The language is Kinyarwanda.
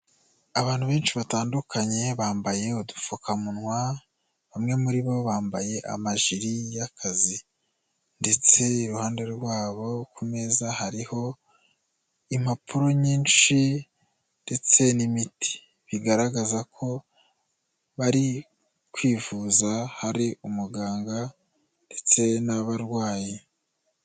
Abantu benshi batandukanye bambaye udupfukamunwa, bamwe muri bo bambaye amajiri y'akazi ndetse iruhande rwabo ku meza hariho impapuro nyinshi ndetse n'imiti, bigaragaza ko bari kwivuza hari umuganga ndetse n'abarwayi.